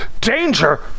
Danger